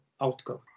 outcome